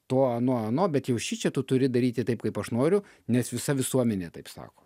to ano ano bet jau šičia tu turi daryti taip kaip aš noriu nes visa visuomenė taip sako